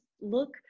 look